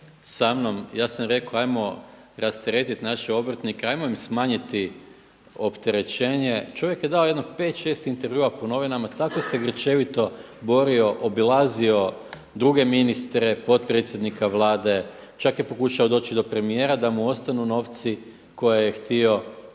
sa mnom, ja sam rekao ajmo rasteretiti naše obrtnike, ajmo im smanjiti opterećenje čovjek je dao jedno pet, šest intervjua po novinama tako se grčevito borio, obilazio druge ministre, potpredsjednika Vlade, čak je pokušao doći do premijera da mu ostanu novci koje je htio